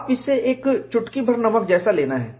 आपको इसे एक चुटकी भर नमक जैसा लेना है